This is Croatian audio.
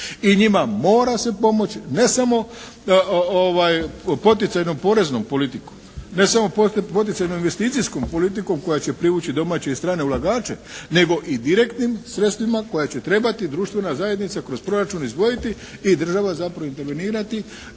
i njima mora se pomoći ne samo u poticajnom poreznom politiku, ne samo poticajno-investicijskom politikom koja će privući domaće i strane ulagače, nego i direktnim sredstvima koja će trebati društvena zajednica kroz proračun izdvojiti i država zapravo intervenirati